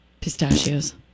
Pistachios